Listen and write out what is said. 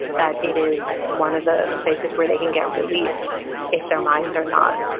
that it is one of the the places where they can get relief if their minds are not